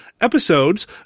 episodes